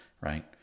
right